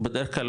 בדרך כלל,